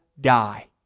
die